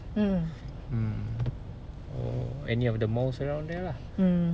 mm or any of the malls around there lah